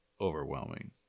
overwhelming